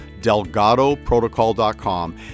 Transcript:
DelgadoProtocol.com